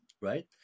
Right